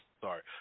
sorry